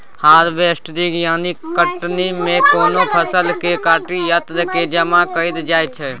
harvesting यानी कटनी मे कोनो फसल केँ काटि अन्न केँ जमा कएल जाइ छै